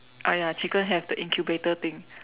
ah ya chicken have the incubator thing